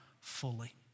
fully